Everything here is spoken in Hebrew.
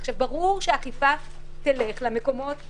ברור שאכיפה תלך למקומות האלה.